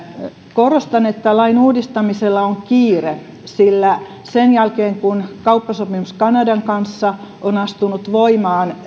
korostan että lain uudistamisella on kiire sillä sen jälkeen kun kauppasopimus kanadan kanssa on astunut voimaan